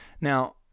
Now